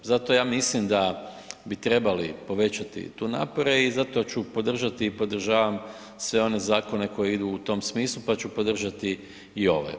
Zato ja mislim da bi trebali povećati tu napore i zato ću podržati i podržavam sve one zakone koji idu u tom smislu, pa ću podržati i ovaj.